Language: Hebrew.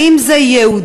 האם זה יהודי,